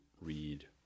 read